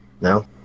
No